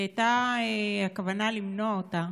הייתה כוונה למנוע אותה